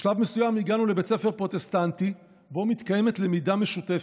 בשלב מסוים הגענו לבית ספר פרוטסטנטי שבו מתקיימת למידה משותפת.